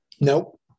Nope